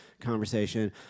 conversation